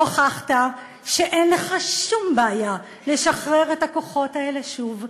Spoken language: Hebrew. הוכחת שאין לך שום בעיה לשחרר את הכוחות האלה שוב,